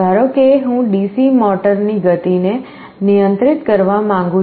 ધારો કે હું DC મોટરની ગતિને નિયંત્રિત કરવા માંગુ છું